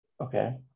okay